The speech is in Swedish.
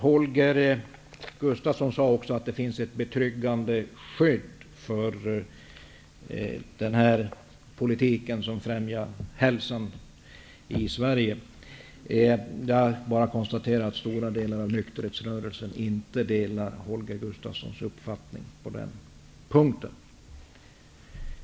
Holger Gustafsson sade också att det finns ett betryggande skydd för den politik som främjar hälsan i Sverige. Det är bara att konstatera att stora delar av nykterhetsrörelsen inte delar Holger Gustafssons uppfattning på den punkten.